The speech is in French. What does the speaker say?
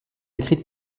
écrite